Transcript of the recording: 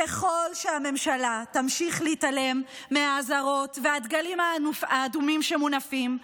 ככל שהממשלה תמשיך להתעלם מהאזהרות ומהדגלים האדומים שמונפים,